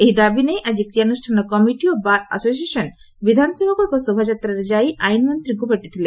ଏହି ଦାବି ନେଇ ଆଜି କ୍ରିୟାନୁଷାନ କମିଟି ଓ ବାର ଆସୋସିଏସନ ବିଧାନସଭାକୁ ଏକ ଶୋଭାଯାତ୍ରାରେ ଯାଇ ଆଇନମନ୍ତୀଙ୍କୁ ଭେଟିଥିଲେ